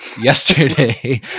yesterday